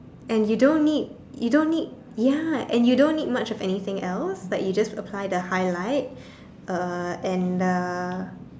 and you don't need you don't need ya and you don't need much of anything else like you just apply the highlight uh and the